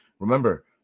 Remember